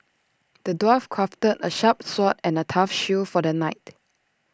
the dwarf crafted A sharp sword and A tough shield for the knight